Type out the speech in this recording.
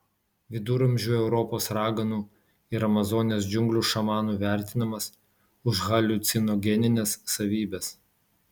viduramžių europos raganų ir amazonės džiunglių šamanų vertinamas už haliucinogenines savybes